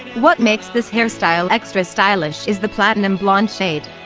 what makes this hairstyle extra stylish is the platinum blonde shade.